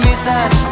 Useless